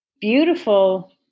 beautiful